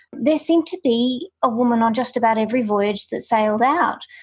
there seemed to be a woman on just about every voyage that sailed out,